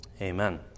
amen